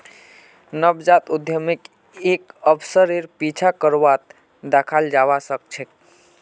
नवजात उद्यमीक एक अवसरेर पीछा करतोत दखाल जबा सके छै